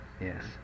Yes